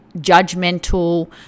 judgmental